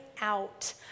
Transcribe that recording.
out